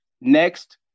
next